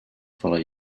follow